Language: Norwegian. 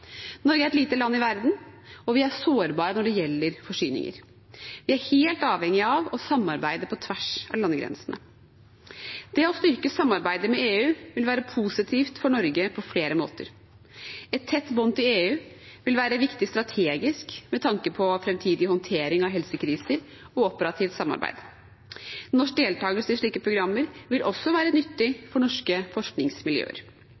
Norge er et lite land i verden, og vi er sårbare når det gjelder forsyninger. Vi er helt avhengig av å samarbeide på tvers av landegrensene. Det å styrke samarbeidet med EU vil være positivt for Norge på flere måter. Et tett bånd til EU vil være viktig strategisk med tanke på framtidig håndtering av helsekriser og operativt samarbeid. Norsk deltakelse i slike programmer vil også være